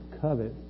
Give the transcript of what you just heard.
covet